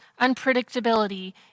unpredictability